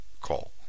call